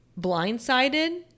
blindsided